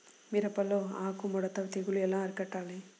మిరపలో ఆకు ముడత తెగులు ఎలా అరికట్టాలి?